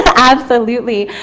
absolutely.